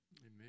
Amen